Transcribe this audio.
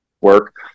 work